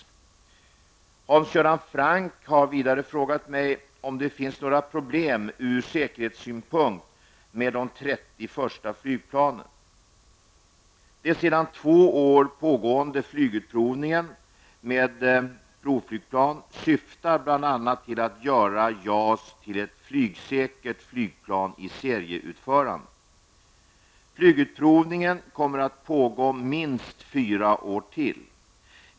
Hans Göran Franck har vidare frågat mig om det finns några problem ur säkerhetssynpunkt med de 30 första flygplanen. Den sedan två år pågående flygutprovningen med provflygplan syftar bl.a. till att göra JAS till ett flygsäkert flygplan i serieutförande. Flygutprovningen kommer att pågå minst fyra år till.